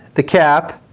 the cap,